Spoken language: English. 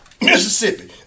Mississippi